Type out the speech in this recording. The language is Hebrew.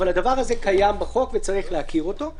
אבל הדבר הזה קיים בחוק וצריך להכיר אותו.